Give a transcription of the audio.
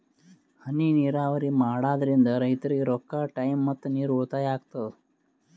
ಹನಿ ನೀರಾವರಿ ಮಾಡಾದ್ರಿಂದ್ ರೈತರಿಗ್ ರೊಕ್ಕಾ ಟೈಮ್ ಮತ್ತ ನೀರ್ ಉಳ್ತಾಯಾ ಆಗ್ತದಾ